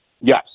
Yes